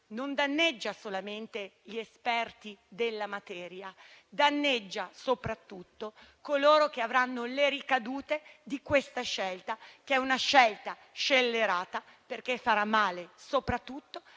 non danneggia solamente gli esperti della materia, ma soprattutto coloro che subiranno le ricadute di questa scelta, che è scellerata, perché farà male soprattutto